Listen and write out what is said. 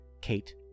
Kate